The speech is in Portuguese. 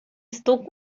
estou